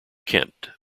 kent